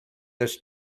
this